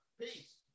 Peace